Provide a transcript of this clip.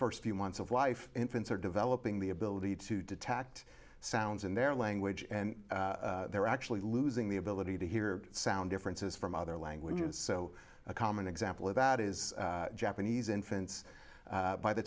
first few months of life infants are developing the ability to detect sounds in their language and they're actually losing the ability to hear sound differences from other languages so a common example of that is japanese infants by the